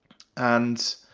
and